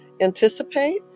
anticipate